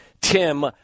Tim –